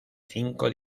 cinco